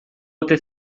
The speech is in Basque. ote